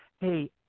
hey